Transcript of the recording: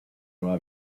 nueva